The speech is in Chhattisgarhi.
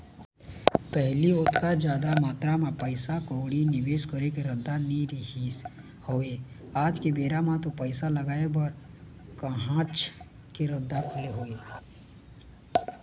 पहिली ओतका जादा मातरा म पइसा कउड़ी निवेस करे के रद्दा नइ रहिस हवय आज के बेरा म तो पइसा लगाय बर काहेच के रद्दा खुलगे हे